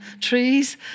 trees